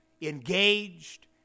engaged